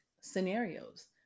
scenarios